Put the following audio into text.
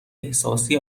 احساسی